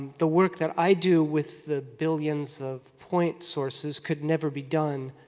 the work that i do with the billions of point sources could never be done